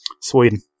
Sweden